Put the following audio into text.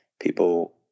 people